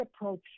approach